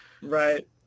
Right